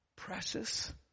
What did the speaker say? Precious